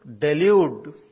delude